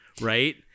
Right